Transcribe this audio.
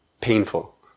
painful